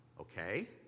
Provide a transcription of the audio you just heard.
Okay